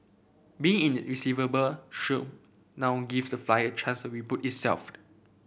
being in the receiver shop now give the flyer a chance to reboot itself